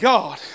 God